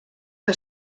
que